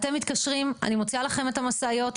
אתם מתקשרים, אני מוציאה לכם את המשאיות.